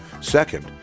Second